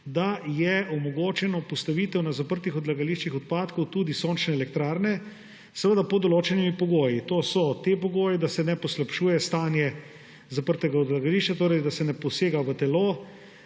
da je omogočena postavitev na zaprtih odlagališčih odpadkov tudi sončne elektrarne, seveda pod določenimi pogoji. To so pogoji, da se ne poslabšuje stanje zaprtega odlagališča, torej da se ne posega v telo